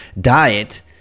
diet